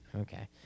Okay